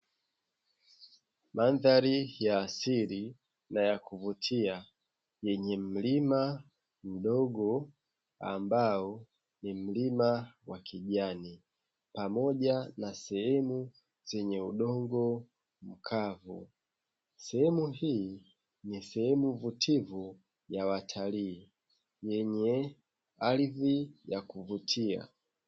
Mandhari ya asili na yakuvutia yenye mlima mdogo ambao ni mlima wa kijani pamoja na sehemu zenye udongo mkavu. Sehemu hii ni sehemu vutivu ya watilii yenye ardhi ya kuvutia.